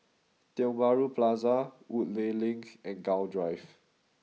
Tiong Bahru Plaza Woodleigh Link and Gul Drive